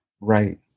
Right